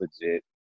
legit